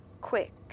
quick